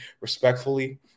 respectfully